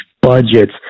budgets